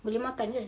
boleh makan ke